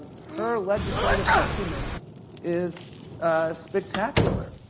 her legislative acumen is spectacular.